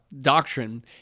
doctrine